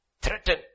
threaten